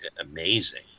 amazing